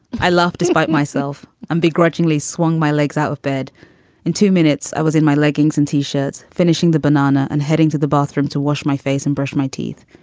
i laughed despite myself, and begrudgingly swung my legs out of bed in two minutes. i was in my leggings and t-shirts, finishing the banana and heading to the bathroom to wash my face and brush my teeth.